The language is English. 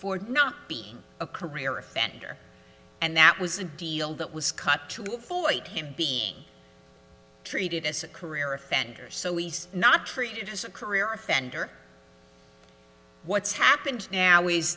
for not being a career offender and that was a deal that was cut to full light him be treated as a career offender so he's not treated as a career offender what's happened now is